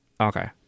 Okay